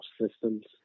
systems